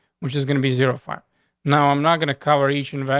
which is gonna be zero for now. i'm not gonna cover each. in fact,